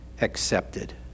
accepted